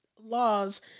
laws